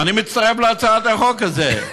אני מצטרף להצעת החוק הזאת.